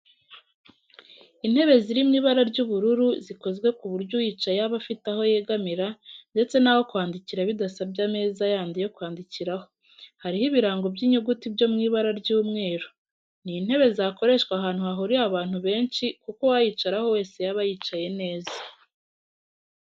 Intebe ziri mu ibara ry'ubururu zikozwe ku buryo uyicayeho aba afite aho yegamira ndetse n'aho kwandikira bidasabye ameza yandi yo kwandikiraho, hariho ibirango by'inyuguti byo mw'ibara ry'umweru. Ni intebe zakoreshwa ahantu hahuriye abantu benshi kuko uwayicaraho wese yaba yicaye neza.